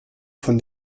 von